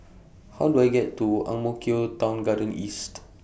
How Do I get to Ang Mo Kio Town Garden East